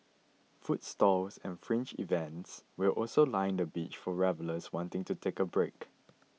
food stalls and fringe events will also line the beach for revellers wanting to take a break